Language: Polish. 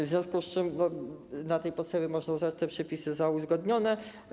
W związku z tym na tej podstawie można uznać te przepisy za uzgodnione.